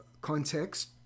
context